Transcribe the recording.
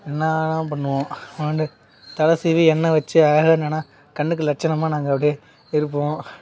என்ன வேணுனா பண்ணுவோம் தலை சீவி எண்ணெய் வெச்சி அழகா என்னென்னா கண்ணுக்கு லட்சணமா நாங்கள் அப்படியே இருப்போம்